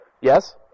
Yes